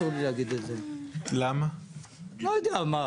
לפני 33 שנה.